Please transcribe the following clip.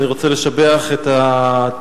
אני רוצה לשבח את המענה,